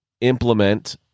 implement